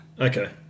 Okay